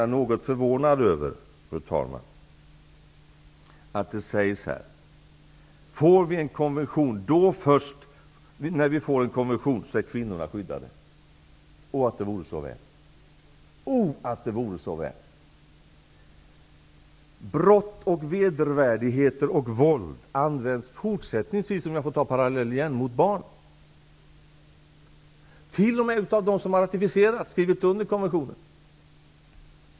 Jag är något förvånad över att det sägs här att först när vi får en konvention är kvinnorna skyddade. Om det vore så väl. Brott, vedervärdigheter och våld används fortsättningsvis mot barn, om jag får ta den parallellen igen, t.o.m. av dem som ratificerat och skrivit under konventionen.